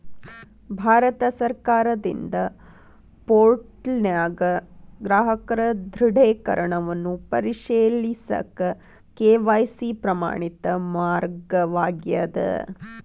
ಭಾರತ ಸರ್ಕಾರದಿಂದ ಪೋರ್ಟಲ್ನ್ಯಾಗ ಗ್ರಾಹಕರ ದೃಢೇಕರಣವನ್ನ ಪರಿಶೇಲಿಸಕ ಕೆ.ವಾಯ್.ಸಿ ಪ್ರಮಾಣಿತ ಮಾರ್ಗವಾಗ್ಯದ